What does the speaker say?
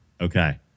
okay